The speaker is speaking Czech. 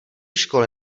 školy